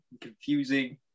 confusing